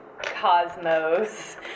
Cosmos